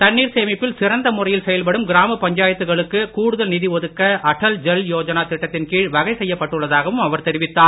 தண்ணீர் சேமிப்பில் சிறந்த முறையில் செயல்படும் கிராம பஞ்சாயத்துகளுக்கு கூடுதல் நிதி ஒதுக்க அட்டல் ஜல் யோஜனா திட்டத்தின் கீழ் வகை செய்யப்பட்டுள்ளதாகவும் அவர் தெரிவித்தார்